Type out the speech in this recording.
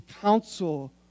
counsel